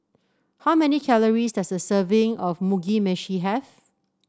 how many calories does a serving of Mugi Meshi have